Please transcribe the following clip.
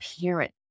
parent